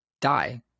die